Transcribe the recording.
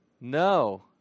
no